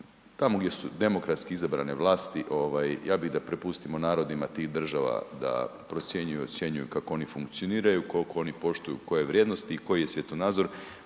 tamo gdje su demokratski izabrane vlasti ovaj ja bi da prepustimo narodima tih država da procjenjuju, ocjenjuju kako oni funkcioniraju, kolko oni poštuju koje vrijednosti i koji je svjetonazor,